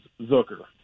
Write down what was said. Zucker